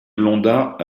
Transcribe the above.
blondats